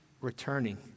returning